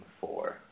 four